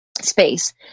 space